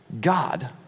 God